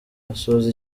asoza